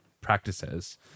practices